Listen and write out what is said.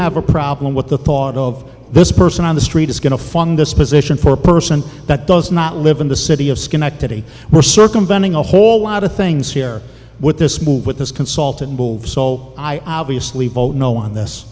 have a problem with the thought of this person on the street is going to fund this position for a person that does not live in the city of schenectady we're circumventing a whole lot of things here with this move with this consultant wolf so i obviously vote no on th